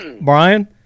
Brian